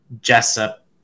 Jessup